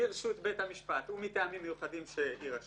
כמובן ברשות בית המשפט ומטעמים מיוחדים שיירשמו,